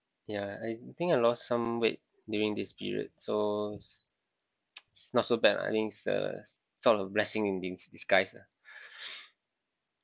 yeah I think I lost some weight during this period so not so bad lah I think it's a sort of blessing in dis~ disguise lah